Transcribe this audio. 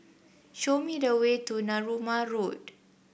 show me the way to Narooma Road